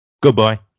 Goodbye